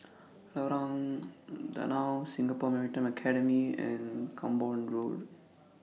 Lorong Danau Singapore Maritime Academy and Camborne Road